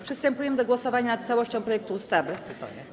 Przystępujemy do głosowania nad całością projektu ustawy.